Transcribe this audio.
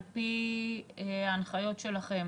על פי ההנחיות שלכם,